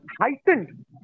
heightened